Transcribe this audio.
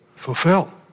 Fulfill